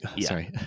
Sorry